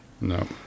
No